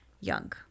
young